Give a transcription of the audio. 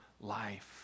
life